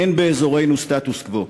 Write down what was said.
אין באזורנו סטטוס קוו.